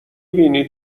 بینی